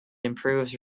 improves